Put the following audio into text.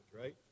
right